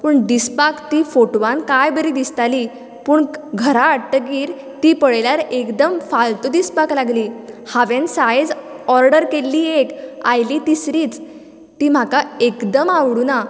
पूण दिसपाक ती फोटवान काय बरी दिसताली पूण घरा हाडटगीर ती पळयल्यार एकदम फालतू दिसपाक लागली हांवेन सायज ऑर्डर केल्ली एक आयली तिसरीच ती म्हाका एकदम आवडूंक ना